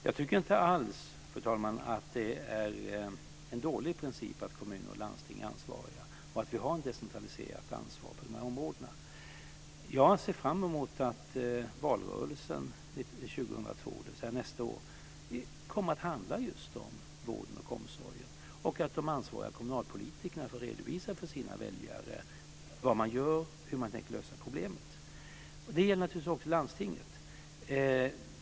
Fru talman! Jag tycker inte alls att det är en dålig princip att kommuner och landsting är ansvariga och att vi har ett decentraliserat ansvar på de här områdena. Jag ser fram emot att valrörelsen 2002, dvs. nästa år, kommer att handla just om vården och omsorgen och att de ansvariga kommunalpolitikerna får redovisa för sina väljare vad man gör och hur man tänker lösa problemet. Det gäller naturligtvis också landstinget.